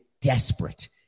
desperate